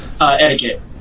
etiquette